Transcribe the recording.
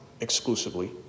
exclusively